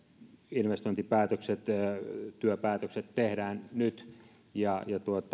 investointipäätökset työpäätökset tehdään nyt ja